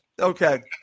Okay